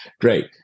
great